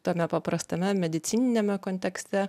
tame paprastame medicininiame kontekste